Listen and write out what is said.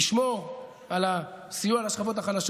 לשמור על הסיוע לשכבות החלשות